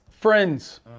Friends